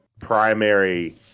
primary